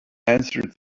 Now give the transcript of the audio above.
answered